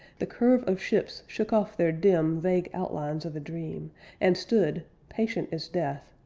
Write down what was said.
the curve of ships shook off their dim vague outlines of a dream and stood, patient as death,